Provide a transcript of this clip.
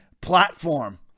platform